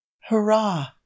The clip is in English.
Hurrah